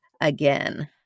again